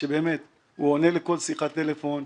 שבאמת עונה לכל שיחת טלפון,